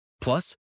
Plus